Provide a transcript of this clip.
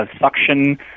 suction